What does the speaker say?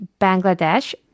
Bangladesh